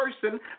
person